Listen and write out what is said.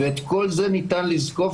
וככל שנדע לעצור